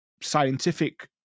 scientific